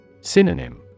Synonym